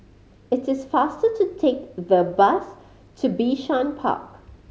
it is faster to take the bus to Bishan Park